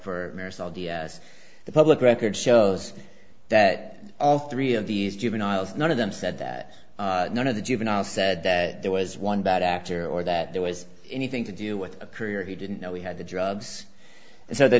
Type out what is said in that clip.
us the public record shows that all three of these juveniles none of them said that none of the juvenile said that there was one bad actor or that there was anything to do with a career he didn't know he had the drugs and so the